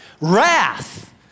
Wrath